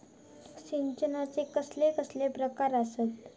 सिंचनाचे कसले कसले प्रकार आसत?